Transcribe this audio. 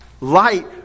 Light